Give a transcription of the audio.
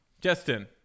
Justin